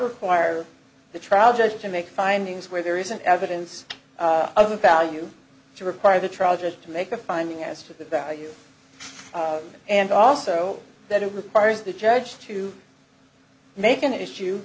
require the trial judge to make findings where there isn't evidence of a value to require the trial just to make a finding as to the value and also that it requires the judge to make an issue